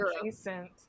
adjacent